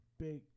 big